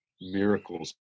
miracles